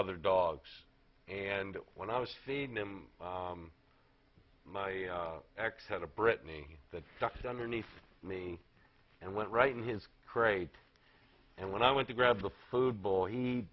other dogs and when i was feeding him my ex had a brittany that tucked underneath me and went right in his crate and when i went to grab the food bowl he